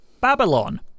Babylon